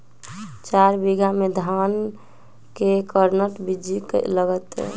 चार बीघा में धन के कर्टन बिच्ची लगतै?